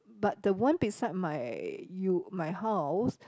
but the one beside my you my house